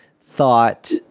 thought